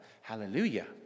Hallelujah